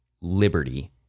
liberty